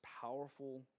powerful